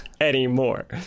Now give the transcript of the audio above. anymore